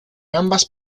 ambas